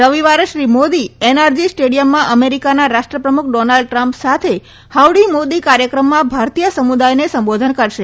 રવિવારે શ્રી મોદી એનઆરજી સ્ટેડીથમમાં અમેરીકાના રાષ્ટ્રપ્રમુખ ડોનાલ્ડ ટ્રમ્પ સાથે હાઉડી મોદી કાર્યક્રમમાં ભારતીય સમુદાયને સંબોધન કરશે